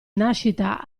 nascita